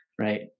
right